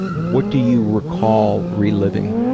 what do you recall reliving?